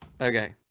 Okay